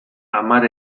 hamar